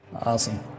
awesome